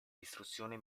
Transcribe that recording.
distruzione